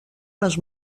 les